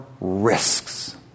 risks